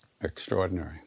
extraordinary